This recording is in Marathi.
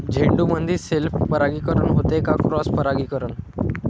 झेंडूमंदी सेल्फ परागीकरन होते का क्रॉस परागीकरन?